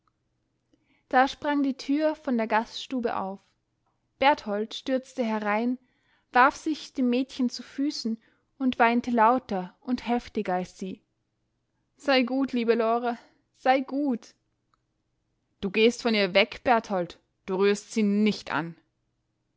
da sprang die tür von der gaststube auf berthold stürzte herein warf sich dem mädchen zu füßen und weinte lauter und heftiger als sie sei gut liebe lore sei gut du gehst von ihr weg berthold du rührst sie nicht an